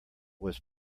was